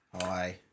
Hi